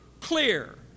clear